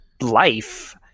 life